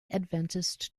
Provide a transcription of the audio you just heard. adventist